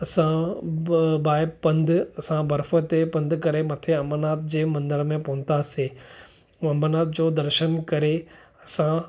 असां बाए पंधु असां बर्फ़ु ते पंधु करे मथे अमरनाथ जे मंदर में पहुतासीं उहो अमरनाथ जो दर्शन करे असां